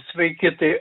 sveiki tai